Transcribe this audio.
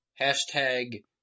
Hashtag